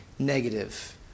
negative